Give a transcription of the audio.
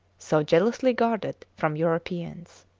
so jealously guarded from europeans.